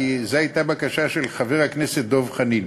זה הייתה הבקשה של חבר הכנסת דב חנין.